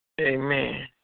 Amen